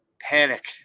panic